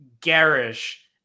garish